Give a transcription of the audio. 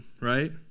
right